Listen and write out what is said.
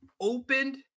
opened